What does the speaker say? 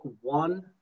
one